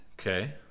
Okay